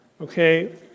okay